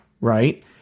right